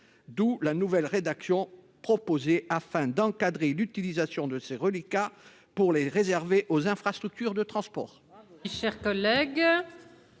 d'où la nouvelle rédaction proposée afin d'encadrer l'utilisation de ces reliquats pour les réserver aux infrastructures de transport.